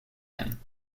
him